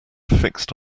fixed